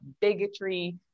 bigotry